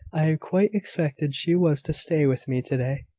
i quite expected she was to stay with me to-day.